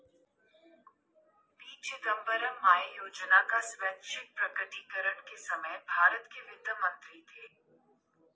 P Chidambaram आय योजना का स्वैच्छिक प्रकटीकरण के समय भारत के वित्त मंत्री थे